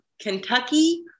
Kentucky